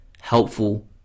helpful